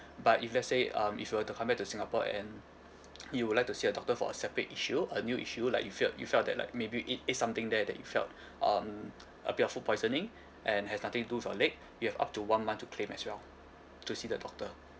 but if let's say um if you were to come back to singapore and you would like to see a doctor for a separate issue a new issue like you felt you felt that like maybe you ate ate something that you felt um a bit of food poisoning and has nothing to do with your leg you have up to one month to claim as well to see the doctor